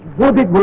will be